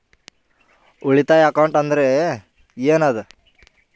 ಉಳಿತಾಯ ಅಕೌಂಟ್ ಅಂದ್ರೆ ಏನ್ ಅದ?